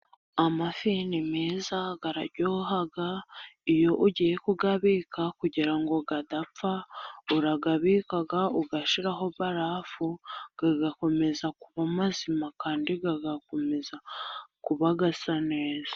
Amafi ni meza araryoha, iyo ugiye kuyabika kugira ngo adapfa urayabika ugashyiraho barafu, agakomeza kuba mazima kandi agakomeza kuba asa neza.